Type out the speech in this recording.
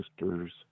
sisters